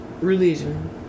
religion